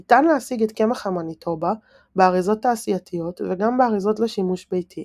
ניתן להשיג את קמח המניטובה באריזות תעשייתיות וגם באריזות לשימוש ביתי;